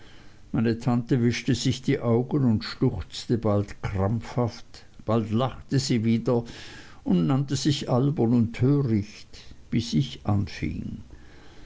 meine tante wischte sich die augen und schluchzte bald krampfhaft bald lachte sie wieder und nannte sich albern und töricht bis ich anfing